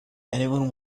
anyone